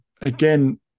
Again